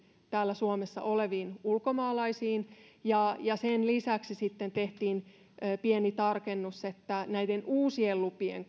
täällä suomessa oleviin ulkomaalaisiin ja ja sen lisäksi tehtiin pieni tarkennus näiden uusien lupien